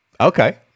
Okay